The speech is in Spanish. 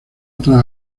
otras